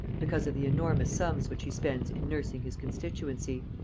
because of the enormous sums which he spends in nursing his constituency.